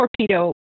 torpedo